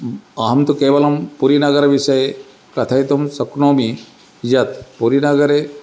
अहं तु केवलं पुरिनगरविषये कथयितुं शक्नोमि यत् पुरिनगरे